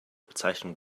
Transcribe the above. bezeichnung